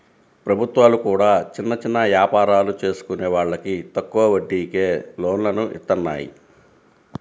ప్రభుత్వాలు కూడా చిన్న చిన్న యాపారాలు చేసుకునే వాళ్లకి తక్కువ వడ్డీకే లోన్లను ఇత్తన్నాయి